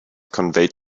conveyed